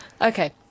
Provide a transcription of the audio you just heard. Okay